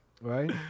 Right